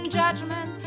judgment